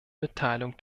mitteilung